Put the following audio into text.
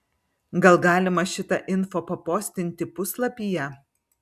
gal galima šitą info papostinti puslapyje